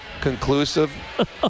conclusive